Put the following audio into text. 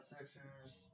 Sixers